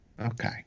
Okay